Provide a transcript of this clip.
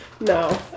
No